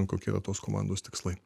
kokie yra tos komandos tikslai